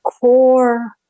core